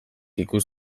ikus